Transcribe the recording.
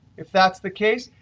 if that's the case,